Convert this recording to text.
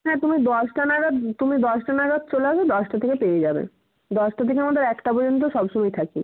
হ্যাঁ তুমি দশটা নাগাদ তুমি দশটা নাগাদ চলে আসবে দশটা থেকে পেয়ে যাবে দশটা থেকে আমাদের একটা পর্যন্ত সব সময় থাকি